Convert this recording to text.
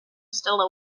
still